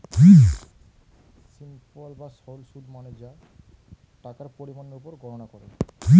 simple বা সরল সুদ মানে যা টাকার পরিমাণের উপর গণনা করে